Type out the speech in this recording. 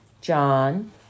John